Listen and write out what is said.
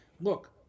look